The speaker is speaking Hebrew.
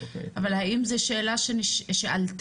אבל האם זאת שאלה שעלתה?